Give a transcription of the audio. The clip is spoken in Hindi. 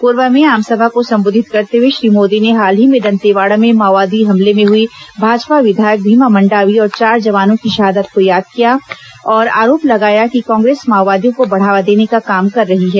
कोरबा में आमसभा को संबोधित करते हुए श्री मोदी ने हाल ही में दंतेवाड़ा में माओवादी हमले में हुई भाजपा विधायक भीमा मंडावी और चार जवानों की शहादत को याद किया और आरोप लगाया कि कांग्रेस माओवादियों को बढ़ावा देने का काम कर रही है